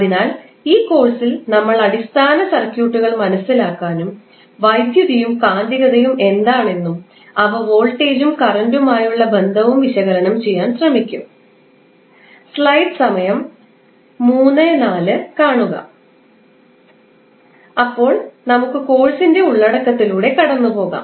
അതിനാൽ ഈ കോഴ്സിൽ നമ്മൾ അടിസ്ഥാന സർക്യൂട്ടുകൾ മനസിലാക്കാനും വൈദ്യുതിയും കാന്തികതയും എന്താണെന്നും അവ വോൾട്ടേജും കറൻറുമായുള്ള ബന്ധവും വിശകലനം ചെയ്യാൻ ശ്രമിക്കും അപ്പോൾ നമുക്ക് കോഴ്സിന്റെ ഉള്ളടക്കത്തിലൂടെ കടന്നുപോകാം